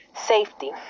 safety